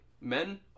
men